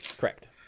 Correct